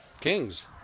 Kings